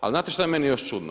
Ali znate šta je meni još čudno?